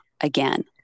again